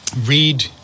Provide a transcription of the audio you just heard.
read